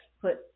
put